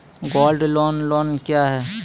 Gold loan loan क्या हैं?